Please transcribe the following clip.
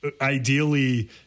ideally